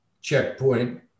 Checkpoint